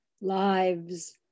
lives